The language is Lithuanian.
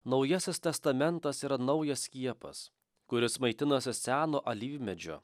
naujasis testamentas yra naujas skiepas kuris maitinosi seno alyvmedžio